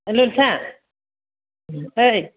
ओइ ललिता ओइ